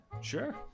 Sure